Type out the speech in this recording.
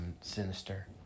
sinister